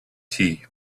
tea